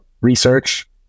research